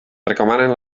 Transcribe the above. recomanen